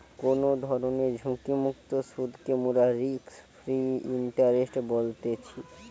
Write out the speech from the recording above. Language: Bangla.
কোনো ধরণের ঝুঁকিমুক্ত সুধকে মোরা রিস্ক ফ্রি ইন্টারেস্ট বলতেছি